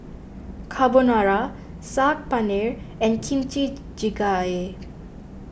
Carbonara Saag Paneer and Kimchi Jjigae